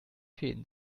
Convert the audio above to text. fäden